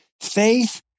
faith